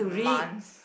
month